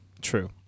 true